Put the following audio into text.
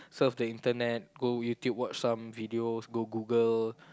surf the internet go YouTube watch some videos go Google